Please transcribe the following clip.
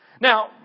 Now